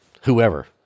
whoever